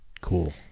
cool